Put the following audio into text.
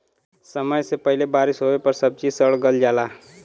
समय से पहिले बारिस होवे पर सब्जी सड़ गल जाला